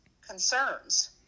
concerns